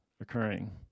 occurring